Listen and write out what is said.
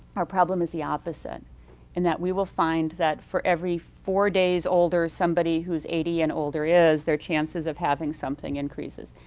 our problem is the opposite and that we will find that for every four days older, somebody who's eighty and older is, their chances of having something increases.